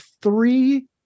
three